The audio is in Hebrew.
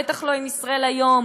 בטח לא עם "ישראל היום",